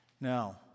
Now